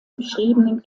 beschriebenen